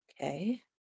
Okay